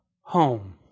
home